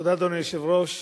אדוני היושב-ראש,